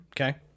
okay